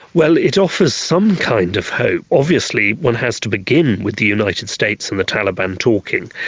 well, it offers some kind of hope. obviously one has to begin with the united states and the taliban talking,